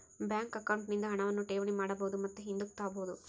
bank account ನಿಂದ ಹಣವನ್ನು ಠೇವಣಿ ಮಾಡಬಹುದು ಮತ್ತು ಹಿಂದುಕ್ ತಾಬೋದು